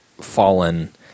fallen –